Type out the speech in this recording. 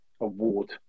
award